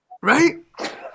Right